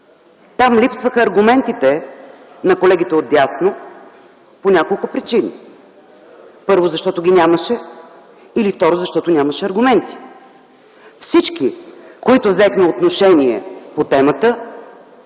там липсваха аргументите на колегите отдясно по няколко причини. Първо, защото ги нямаше или второ, защото нямаше аргументи. Всички, които взехме отношение по темата